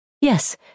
Yes